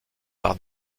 par